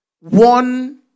one